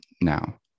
now